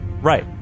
right